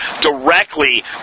directly